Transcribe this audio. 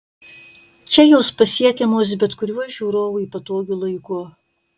čia jos pasiekiamos bet kuriuo žiūrovui patogiu laiku